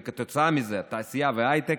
וכתוצאה מזה את התעשייה וההייטק,